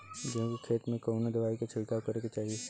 गेहूँ के खेत मे कवने दवाई क छिड़काव करे के चाही?